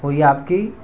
ہوئی آپ کی